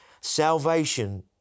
salvation